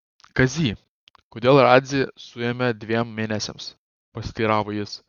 kazy kodėl radzį suėmė dviem mėnesiams pasiteiravo jis